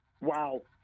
Wow